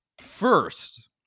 First